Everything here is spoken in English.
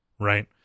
right